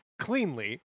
cleanly